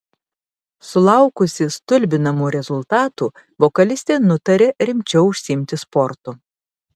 sulaukusi stulbinamų rezultatų vokalistė nutarė rimčiau užsiimti sportu